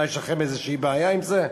מה, יש לכם איזושהי בעיה עם זה?